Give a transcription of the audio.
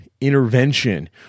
intervention